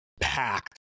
packed